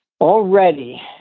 Already